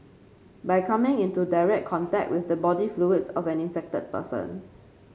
by coming into direct contact with the body fluids of an infected person